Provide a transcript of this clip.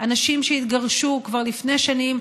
אנשים שהתגרשו כבר לפני שנים,